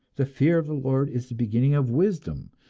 the fear of the lord is the beginning of wisdom,